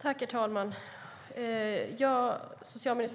Herr talman! När